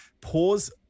pause